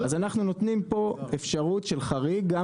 אז אנחנו נותנים פה אפשרות של חריג גם לחברות כושלות.